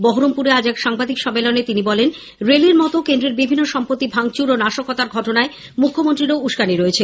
বহরমপুরে আজ এক সাংবাদিক সম্মেলনে তিনি বলেন রেলের মতো কেন্দ্রের বিভিন্ন সম্পত্তি ভাঙচুর ও নাশকতার ঘটনায় মুখ্যমন্ত্রীরও উষ্কানি রয়েছে